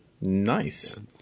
nice